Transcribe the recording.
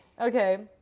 okay